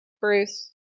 Bruce